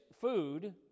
food